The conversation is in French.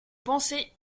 pensée